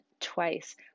twice